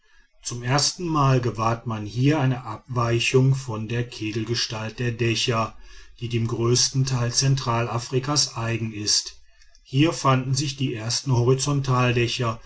zum erstenmal gewahrt man hier eine abweichung von der kegelgestalt der dächer die dem größten teil zentralafrikas eigen ist hier fanden sich die ersten